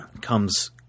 comes –